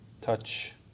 touch